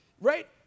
Right